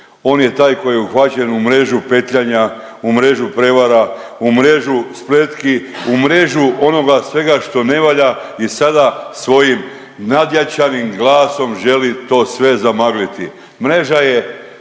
on je taj koji je uhvaćen u mrežu petljanja, u mrežu prevara, u mrežu spletki, u mrežu onoga svega što ne valja i sada svojim nadjačanim glasom želi to sve zamagliti. Mreža je